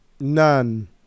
None